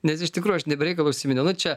nes iš tikrųjų aš ne be reikalo užsiminiau nu čia